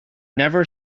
never